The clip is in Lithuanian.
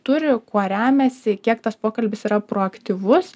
turi kuo remiasi kiek tas pokalbis yra proaktyvus